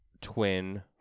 twin